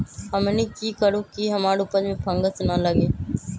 हमनी की करू की हमार उपज में फंगस ना लगे?